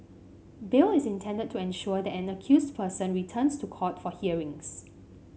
bail is intended to ensure that an accused person returns to court for hearings